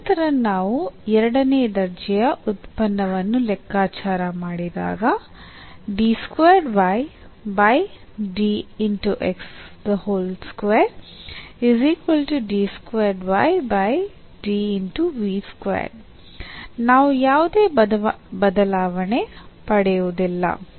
ತದನಂತರ ನಾವು ಎರಡನೇ ದರ್ಜೆಯ ಉತ್ಪನ್ನವನ್ನು ಲೆಕ್ಕಾಚಾರ ಮಾಡಿದಾಗ ನಾವು ಯಾವುದೇ ಬದಲಾವಣೆ ಪಡೆಯುವುದಿಲ್ಲ